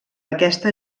aquesta